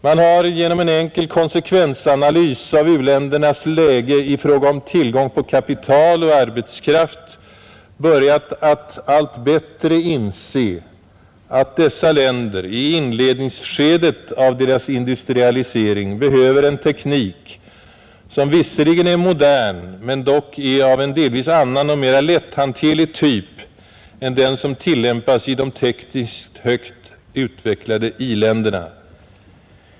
Man har genom en enkel konsekvensanalys av u-ländernas läge i fråga om tillgång på kapital och arbetskraft börjat att allt bättre inse, att dessa länder i inledningsskedet av sin industrialisering behöver en teknik, som visserligen är modern men dock är av en delvis annan och mera lätthanterlig typ än den som tillämpas i de tekniskt högt utvecklade i-länderna.